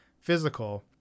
physical